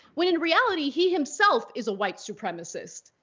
when in reality he himself is a white supremacist.